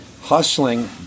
hustling